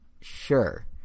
sure